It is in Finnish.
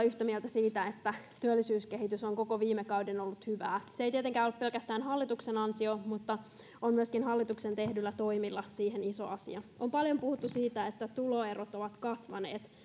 yhtä mieltä siitä että työllisyyskehitys on koko viime kauden ollut hyvää se ei tietenkään ole pelkästään hallituksen ansio mutta on myöskin hallituksen tehdyillä toimilla siihen iso vaikutus on paljon puhuttu siitä että tuloerot ovat kasvaneet